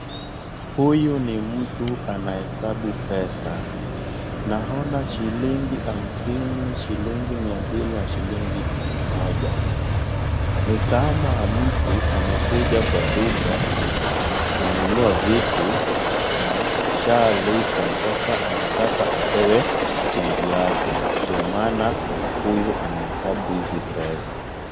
Huyu ni mtu anahesabu pesa, naona shilingi hamsini, shilingi mia mbili na shilingi mia moja. Ni kama mtu amekuja kwa duka kununua vitu na ashalipa sasa anataka apewe change yake ndio maana huyu anahesabu hizi pesa.